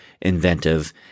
inventive